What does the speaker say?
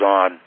on